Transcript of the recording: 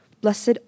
Blessed